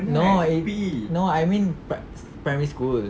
no no I mean primary school